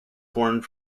formed